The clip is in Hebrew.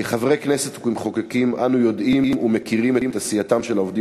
כחברי כנסת וכמחוקקים אנו יודעים ומכירים את עשייתם של העובדים